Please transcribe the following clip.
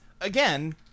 again